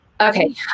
okay